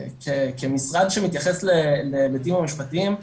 כמשרד שמתייחס להיבטים המשפטיים,